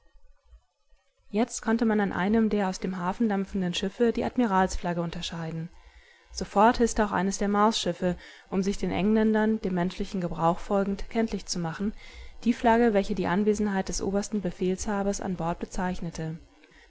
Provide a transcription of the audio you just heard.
jetzt konnte man an einem der aus dem hafen dampfenden schiffe die admiralsflagge unterscheiden sofort hißte auch eines der marsschiffe um sich den engländern dem menschlichen gebrauch folgend kenntlich zu machen die flagge welche die anwesenheit des obersten befehlshabers an bord bezeichnete